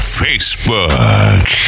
facebook